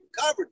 covered